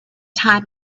time